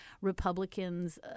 Republicans